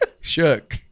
Shook